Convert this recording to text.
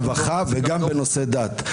רווחה וגם בנושא דת.